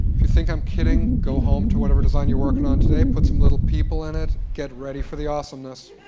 if you think i'm kidding, go home to whatever design you're working on today, put some little people in it, get ready for the awesomeness.